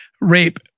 rape